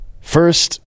first